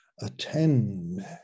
attend